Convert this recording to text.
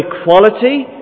equality